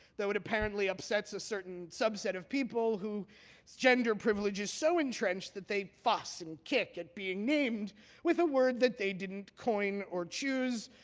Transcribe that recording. though it apparently upsets a certain subset of people whose gender privilege is so entrenched that they fuss and kick at being named with a word that they didn't coin or choose,